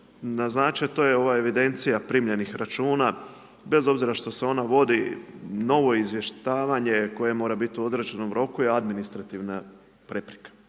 naznačio a to je ova evidencija primljenih računa bez obzira što se onda vodi novo izvještavanje koje mora biti u određenom roku je administrativna prepreka.